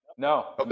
No